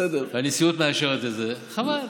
והנשיאות מאשרת את זה, חבל.